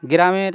গ্রামের